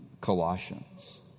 Colossians